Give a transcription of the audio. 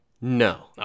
No